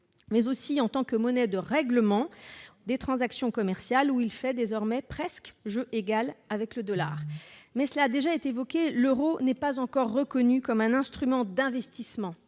mais aussi en tant que monnaie de règlement des transactions commerciales, où il fait désormais presque jeu égal avec le dollar. Toutefois, cela a déjà été évoqué, l'euro n'est pas encore reconnu comme un instrument d'investissement,